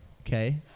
Okay